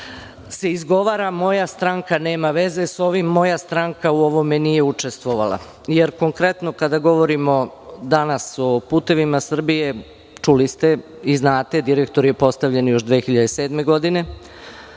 se izgovara - moja stranka nema veze sa ovim, moja stranka u ovome nije učestvovala. Konkretno, kada govorimo danas o "Putevima Srbije", čuli ste i znate, direktor je postavljen još 2007. godine,